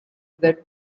that